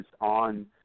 on